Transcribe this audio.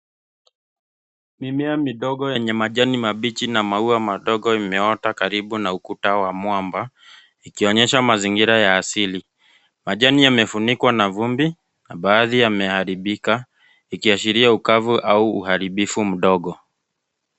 Mimea midogo yenye majani mabichi na maua madogo imeota karibu na ukuta wa mwamba ikionyesha mazingira ya asili. Majani yamefunikwa na vumbi na baadhi yameharibika ikiashiria ukavu au uharibifu mdogo.